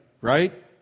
Right